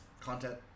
content